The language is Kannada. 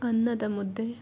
ಅನ್ನದ ಮುದ್ದೆ